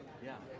yeah,